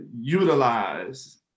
utilize